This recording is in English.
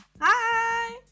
Hi